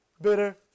Bitter